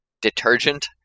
detergent